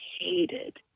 hated